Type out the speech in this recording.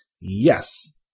Yes